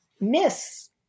miss